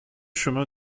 chemin